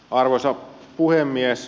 arvoisa puhemies